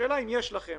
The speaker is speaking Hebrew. השאלה אם יש לכם